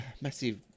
massive